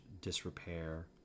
disrepair